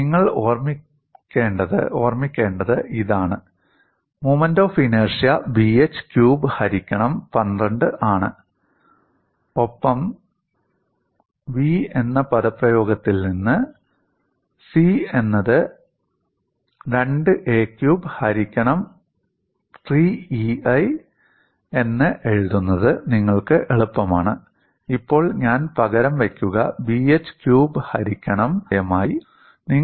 നിങ്ങൾ ഓർമ്മിക്കേണ്ടത് ഇതാണ് moment of inertia Bh cube ഹരിക്കണം 12 ആണ് ഒപ്പം v എന്ന പദപ്രയോഗത്തിൽ നിന്ന് C എന്നത് 2 a ക്യൂബ് ഹരിക്കണം 3EI എന്ന് എഴുതുന്നത് നിങ്ങൾക്ക് എളുപ്പമാണ് ഇപ്പോൾ ഞാൻ പകരം വയ്ക്കുക Bh ക്യൂബ് ഹരിക്കണം 12 നു വിധേയമായി I ആണ്